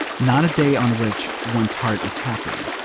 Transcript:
not a day on which one's heart is happy.